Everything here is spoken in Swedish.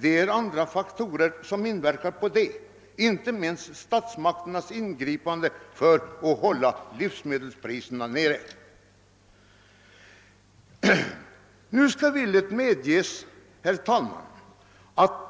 Det är andra faktorer som där inverkar, inte minst statsmakternas ingripanden för att hålla livsmedelspriserna nere. Nu skall det villigt medges att